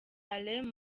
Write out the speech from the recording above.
alain